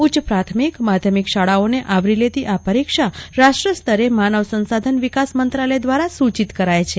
ઉચ્ચ પ્રાથમિક માધ્યમિક શાળાઓને આવરી લેતી આ પરીક્ષા રાષ્ટ્ર સ્તરે માનવ સંસાધન વિકાસ મંત્રાલય દ્વારા સૂચિત કરાય છે